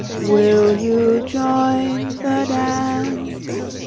will you join the dance?